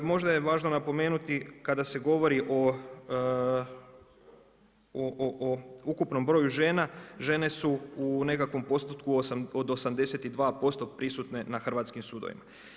Možda je važno napomenuti kada se govori o ukupnom broju žena žene su u nekakvom postotku od 82% prisutne na hrvatskim sudovima.